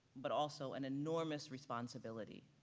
but also an enormous responsibility,